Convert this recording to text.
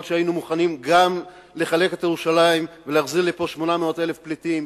אף-על-פי שהיינו מוכנים גם לחלק את ירושלים ולהחזיר לפה 800,000 פליטים.